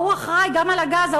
ההוא אחראי גם לגז,